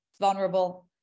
vulnerable